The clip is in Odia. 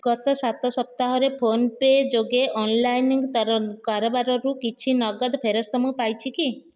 ଗତ ସାତ ସପ୍ତାହରେ ଫୋନ୍ପେ ଯୋଗେ ଅନଲାଇନ କାରବାରରୁ କିଛି ନଗଦ ଫେରସ୍ତ ମୁଁ ପାଇଛି କି